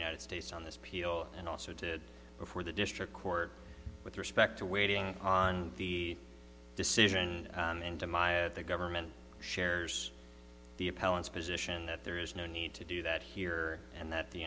united states on this peel and also to before the district court with respect to waiting on the decision and then to my at the government shares the appellant's position that there is no need to do that here and that the